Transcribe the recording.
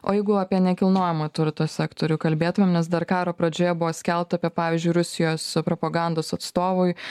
o jeigu apie nekilnojamo turto sektorių kalbėtumėm nes dar karo pradžioje buvo skelbta apie pavyzdžiui rusijos propagandos atstovui